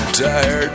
tired